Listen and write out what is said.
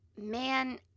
man